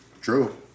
True